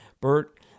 Bert